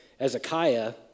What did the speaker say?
Ezekiah